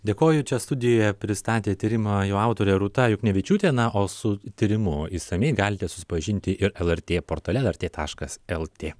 dėkoju čia studijoje pristatė tyrimą jo autorė rūta juknevičiūtė na o su tyrimu išsamiai galite susipažinti ir lrt portale lrt taškas lt